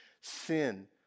Sin